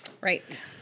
Right